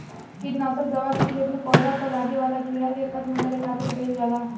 किट नासक दवा के खेत में पौधा पर लागे वाला कीड़ा के खत्म करे खातिर कईल जाला